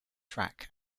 track